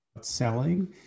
selling